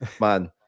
Man